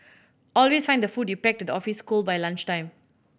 always find the food you pack to the office cold by lunchtime